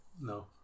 no